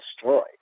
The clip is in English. destroyed